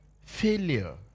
failure